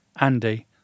Andy